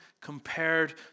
compared